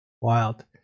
Wild